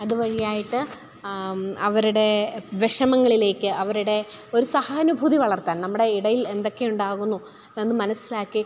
അതുവഴിയായിട്ട് അവരുടെ വിഷമങ്ങളിലേക്ക് അവരുടെ ഒരു സഹാനുഭൂതി വളർത്താൻ നമ്മുടെ ഇടയിൽ എന്തൊക്കെ ഉണ്ടാകുന്നു എന്നു മനസ്സിലാക്കി